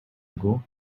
ago